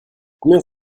combien